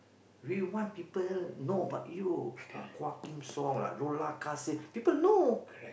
we want people know about you ah Quah-Kim-Song like Dollah-Kassim people know